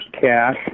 cash